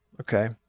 Okay